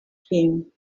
him